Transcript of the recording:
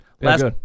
Last